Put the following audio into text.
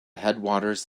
headwaters